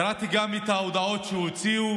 קראתי גם את ההודעות שהוציאו,